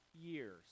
years